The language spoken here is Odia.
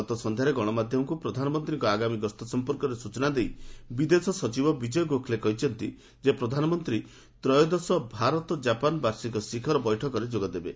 ଗତ ସନ୍ଧ୍ୟାରେ ଗଣମାଧ୍ୟମକୁ ପ୍ରଧାନମନ୍ତ୍ରୀଙ୍କ ଆଗାମୀ ଗସ୍ତ ସଂପର୍କରେ ସୂଚନା ଦେଇ ବିଦେଶ ସଚିବ ବିଜୟ ଗୋଖଲେ କହିଛନ୍ତି ଯେ ପ୍ରଧାନମନ୍ତ୍ରୀ ତ୍ରୟୋଦଶ ଭାରତ ଜାପାନ ବାର୍ଷିକ ଶିଖର ବୈଠକରେ ଯୋଗ ଦେବେ